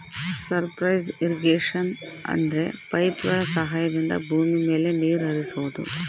surface irrigation ಅಂದ್ರೆ ಪೈಪ್ಗಳ ಸಹಾಯದಿಂದ ಭೂಮಿ ಮೇಲೆ ನೀರ್ ಹರಿಸೋದು